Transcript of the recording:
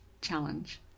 challenge